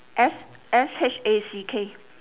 S S H A C K